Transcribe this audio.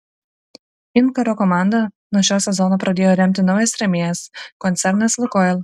inkaro komandą nuo šio sezono pradėjo remti naujas rėmėjas koncernas lukoil